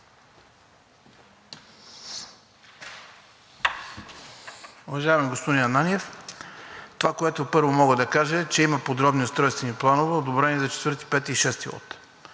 Уважаеми господин Ананиев, това, което първо мога да кажа, е, че има подробни устройствени планове, одобрени за 4-ти, 5-и и 6-и